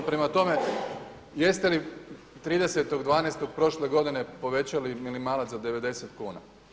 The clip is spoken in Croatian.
Prema tome, jeste li 30.12. prošle godine povećali minimalac za 90 kuna?